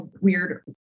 weird